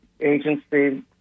agency